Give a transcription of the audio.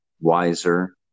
wiser